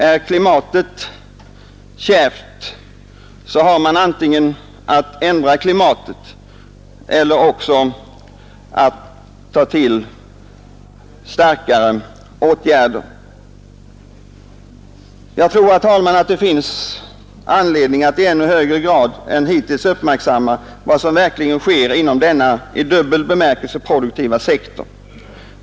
Är klimatet kärvt, får man antingen ändra klimatet eller ta till starkare åtgärder. Jag tror, herr talman, att det finns anledning att i ännu högre grad än hittills uppmärksamma vad som verkligen sker inom denna i dubbel bemärkelse produktiva sektor.